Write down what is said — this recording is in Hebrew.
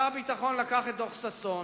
שר הביטחון לקח את דוח-ששון,